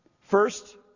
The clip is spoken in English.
First